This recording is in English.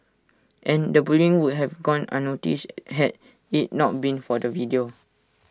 and the bullying would have gone unnoticed had IT not been for the video